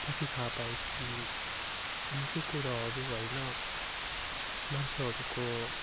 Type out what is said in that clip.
पछि थाह पाएँ कि निकै कुराहरू होइन मान्छेहरूको